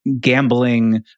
gambling